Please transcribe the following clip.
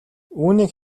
үүнийг